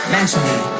Mentally